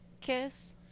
kiss